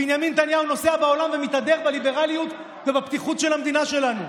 בנימין נתניהו נוסע בעולם ומתהדר בליברליות ובפתיחות של המדינה שלנו,